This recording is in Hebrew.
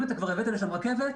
אם אתה כבר הבאת לשם רכבת,